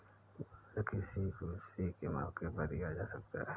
bonus किसी खुशी के मौके पर दिया जा सकता है